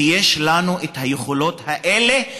ויש לנו את היכולות האלה.